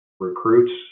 recruits